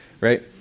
Right